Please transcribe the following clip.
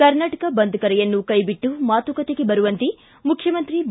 ಕರ್ನಾಟಕ ಬಂದ್ ಕರೆಯನ್ನು ಕೈಬಿಟ್ಟು ಮಾತುಕತೆಗೆ ಬರುವಂತೆ ಮುಖ್ಯಮಂತ್ರಿ ಬಿ